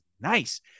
nice